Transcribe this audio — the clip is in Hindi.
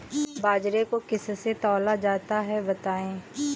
बाजरे को किससे तौला जाता है बताएँ?